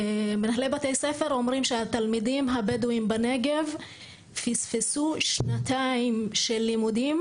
מנהלי בתי ספר אומרים שהתלמידים הבדואים בנגב פספסו שנתיים של לימודים,